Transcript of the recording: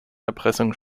erpressung